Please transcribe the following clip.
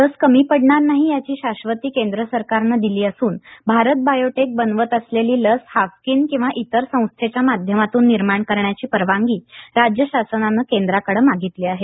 लस कमी पडणार नाही याची शाश्वती केंद्र सरकारनं दिली असून भारत बायोटेक बनवत असलेली लस हाफकीन किंवा इतर संस्थेच्या माध्यमातून निर्माण करण्याची परवानगी राज्य शासनानं केंद्राकडं मागितली आहे